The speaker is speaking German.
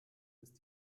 ist